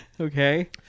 Okay